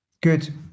good